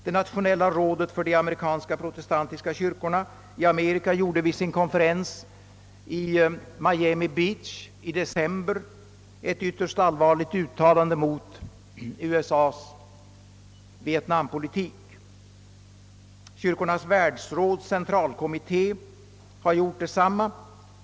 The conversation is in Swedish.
Det nationella rådet för de protestantiska kyrkorna i Amerika gjorde vid sin konferens i Miami Beach i december ett ytterst allvarligt uttalande mot USA:s Vietnampolitik. Kyrkornas världsråds centralkommitté har gjort detsamma.